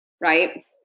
Right